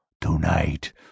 To-night